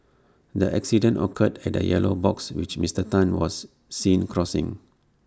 the accident occurred at A yellow box which Mister Tan was seen crossing